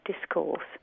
discourse